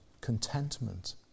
contentment